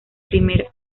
primer